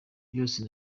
byose